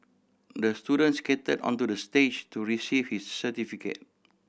the student skated onto the stage to receive his certificate